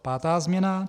Pátá změna.